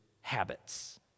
habits